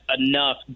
enough